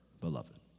beloved